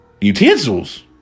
Utensils